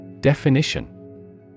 Definition